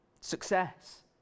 success